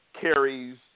carries